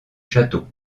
château